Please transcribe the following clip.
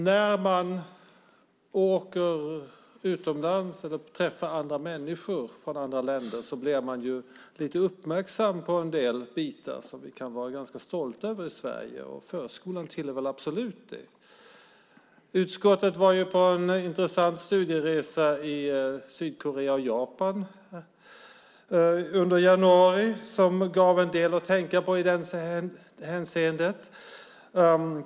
När man åker utomlands eller träffar människor från andra länder blir man lite uppmärksam på en del saker vi kan vara stolta över i Sverige. Förskolan tillhör absolut dem. Utskottet var på en intressant studieresa i Sydkorea och Japan under januari. Det gav en del att tänka på i det hänseendet.